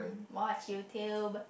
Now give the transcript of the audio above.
watch YouTube